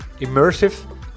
Immersive